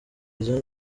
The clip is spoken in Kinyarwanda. izo